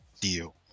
deal